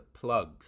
plugs